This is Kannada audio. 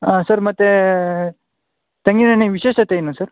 ಸರ್ ಮತ್ತೆ ತೆಂಗಿನೆಣ್ಣೆ ವಿಶೇಷತೆ ಏನು ಸರ್